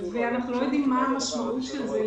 אנחנו לא יודעים מה המשמעות של זה.